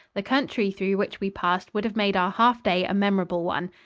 the country through which we passed would have made our half day a memorable one.